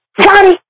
Johnny